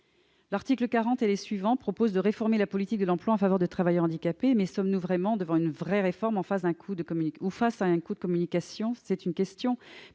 L'article 40 et les suivants du projet de loi prévoient de réformer la politique de l'emploi en faveur des travailleurs handicapés. Mais sommes-nous réellement devant une vraie réforme ou face à un coup de communication ? En effet,